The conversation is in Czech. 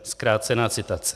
Zkrácená citace: